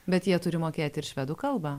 bet jie turi mokėti ir švedų kalbą